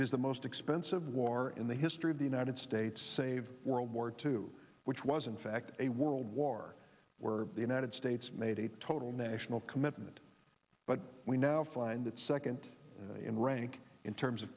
is the most expensive war in the history of the united states save world war two which was in fact a world war where the united states made a total national commitment but we now find that second in rank in terms of